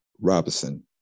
Robinson